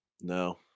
No